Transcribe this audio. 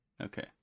Okay